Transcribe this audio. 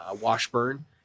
Washburn